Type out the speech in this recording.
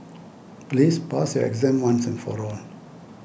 please pass your exam once and for all